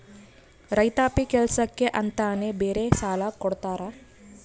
ರೈತಾಪಿ ಕೆಲ್ಸಕ್ಕೆ ಅಂತಾನೆ ಬೇರೆ ಸಾಲ ಕೊಡ್ತಾರ